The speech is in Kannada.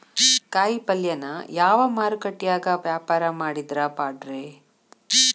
ಕಾಯಿಪಲ್ಯನ ಯಾವ ಮಾರುಕಟ್ಯಾಗ ವ್ಯಾಪಾರ ಮಾಡಿದ್ರ ಪಾಡ್ರೇ?